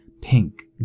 pink